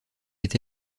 est